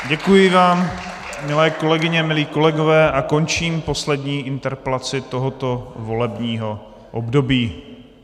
Děkuji vám, milé kolegyně, milí kolegové, a končím poslední interpelaci tohoto volebního období.